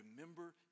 remember